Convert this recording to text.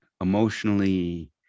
emotionally